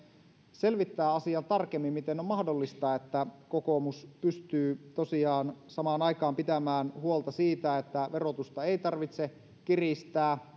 selvittää asiaa tarkemmin miten on mahdollista että kokoomus pystyy tosiaan samaan aikaan pitämään huolta siitä että verotusta ei tarvitse kiristää